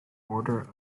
order